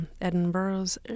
Edinburgh's